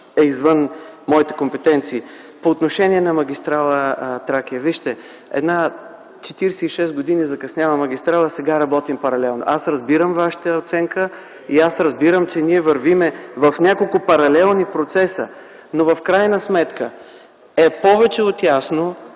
е извън моите компетенции. По отношение на магистрала „Тракия”. С една 46 години закъсняла магистрала сега работим паралелно. Разбирам Вашата оценка. Разбирам, че вървим в няколко паралелни процеса. В крайна сметка е повече от ясно,